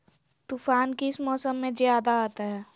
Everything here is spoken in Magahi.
तूफ़ान किस मौसम में ज्यादा आता है?